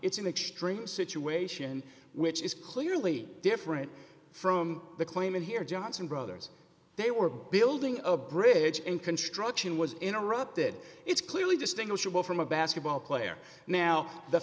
it's an extreme situation which is clearly different from the claim in here johnson brothers they were building a bridge in construction was interrupted it's clearly distinguishable from a basketball